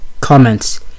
Comments